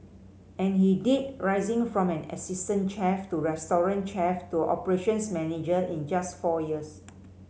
and he did rising from an assistant chef to restaurant chef to operations manager in just four years